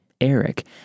Eric